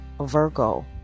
Virgo